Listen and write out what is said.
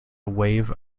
wave